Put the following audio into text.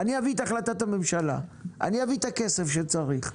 הוא יביא את החלטת הממשלה ואת הכסף שצריך.